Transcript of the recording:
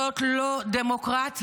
זאת לא דמוקרטיה,